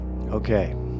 Okay